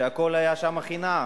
שהכול היה שם חינם.